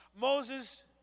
Moses